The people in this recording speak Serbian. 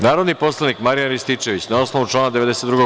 Narodni poslanik Marijan Rističević, na osnovu člana 92.